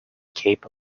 cape